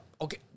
okay